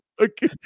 Okay